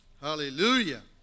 Hallelujah